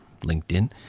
LinkedIn